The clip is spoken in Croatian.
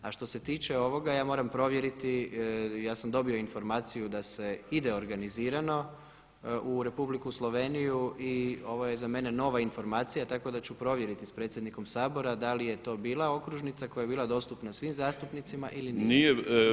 A što se tiče ovoga, ja moram provjeriti, ja sam dobio informaciju da se ide organizirano u Republiku Sloveniju i ovo je za mene nova informacija tako da ću provjeriti sa predsjednikom Sabora da li je to bila okružnica koja je bila dostupna svim zastupnicima ili nije.